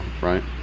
right